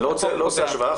אני לא עושה השוואה,